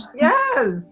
Yes